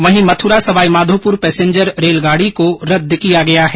वहीं मथुरा सवाईमाधोपुर र्पेसेंजर रेलगाडी को रद्द किया गया है